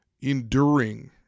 enduring